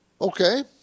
Okay